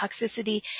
toxicity